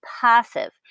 passive